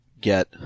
get